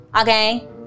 okay